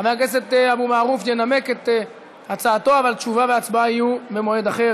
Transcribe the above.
חבר הכנסת אבו מערוף ינמק את הצעתו אבל תשובה והצבעה יהיו במועד אחר,